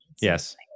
Yes